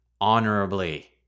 honorably